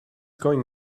going